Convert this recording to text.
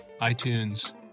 iTunes